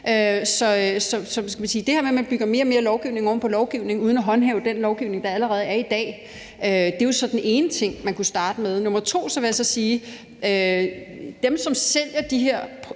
Så jeg vil sige, at det her med, at man bygger mere og mere lovgivning oven på lovgivningen uden at håndhæve den lovgivning, der allerede er i dag, er den ene ting, man kunne starte med. Den anden ting handler om dem, som sælger de her